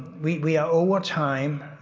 we are over time.